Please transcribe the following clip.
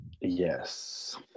Yes